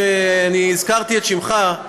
הזכרתי את שמך.